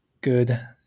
good